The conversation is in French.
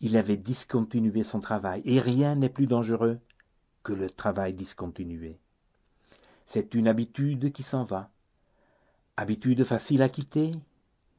il avait discontinué son travail et rien n'est plus dangereux que le travail discontinué c'est une habitude qui s'en va habitude facile à quitter